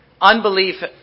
unbelief